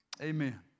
amen